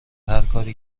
هرکاری